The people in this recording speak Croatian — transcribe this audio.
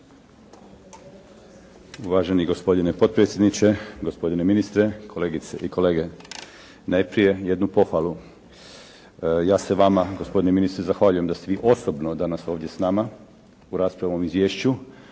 Uvaženi gospodine potpredsjedniče, gospodine ministre, kolegice i kolege. Najprije jednu pohvalu, ja se vama gospodine ministre zahvaljujem da ste vi osobno danas ovdje s nama u raspravi o ovom izvješću,